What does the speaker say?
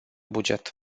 buget